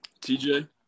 TJ